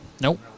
Nope